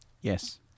Yes